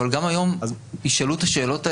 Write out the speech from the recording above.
אבל גם היום ישאלו את השאלות האלה.